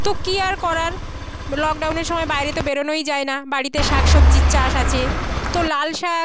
তো কী আর করার লকডাউনের সময় বাইরে তো বেরনোই যায় না বাড়িতে শাক সবজির চাষ আছে তো লাল শাক